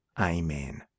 Amen